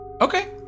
Okay